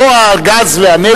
כמו הגז והנפט.